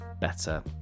better